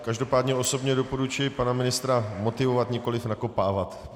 Každopádně já osobně doporučuji pana ministra motivovat, nikoli nakopávat.